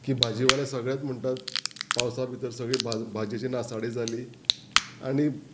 की भाजीवाले सगळ्यांत म्हणटात पावसा भितर सगळी भाजयेची नासाडी जाली आनी